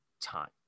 time